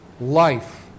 life